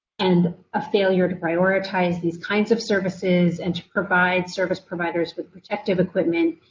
and a failure to prioritise these kind of services and to provide service providers with protective equipment,